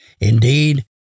Indeed